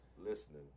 listening